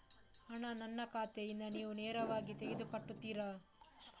ಹಣ ನನ್ನ ಖಾತೆಯಿಂದ ನೀವು ನೇರವಾಗಿ ತೆಗೆದು ಕಟ್ಟುತ್ತೀರ?